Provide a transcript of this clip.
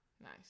Nice